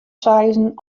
seizen